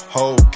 Whole